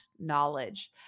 knowledge